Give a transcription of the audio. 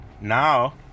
Now